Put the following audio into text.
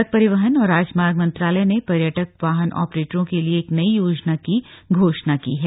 सड़क परिवहन और राजमार्ग मंत्रालय ने पर्यटक वाहन ऑपरेटरों के लिए एक नई योजना की घोषणा की है